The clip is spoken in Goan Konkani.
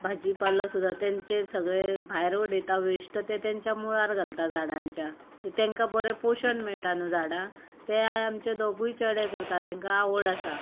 भाजी पालो सुद्दां तांचे सगळे भायर उडयता वेस्ट उरता तें तांच्या मुळांत घालता झाडांच्या तांकां बरें पोशण मेळटा न्हू झाडांक तें आमचे दोगूय चेडे करता तांकां आवड आसा